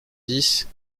dix